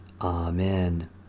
Amen